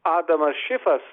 adamas šifas